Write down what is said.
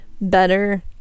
better